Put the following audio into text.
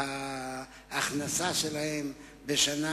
וההכנסה שלהם בשנה